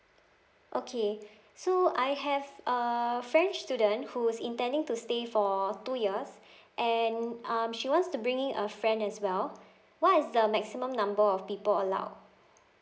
okay so I have uh french student who's intending to stay for two years and um she wants to bring in a friend as well what is the maximum number of people allowed